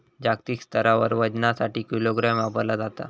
जागतिक स्तरावर वजनासाठी किलोग्राम वापरला जाता